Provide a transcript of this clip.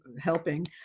helping